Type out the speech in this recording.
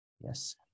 yes